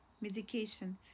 medication